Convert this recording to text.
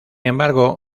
embargo